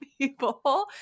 people